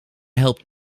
helpt